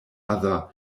other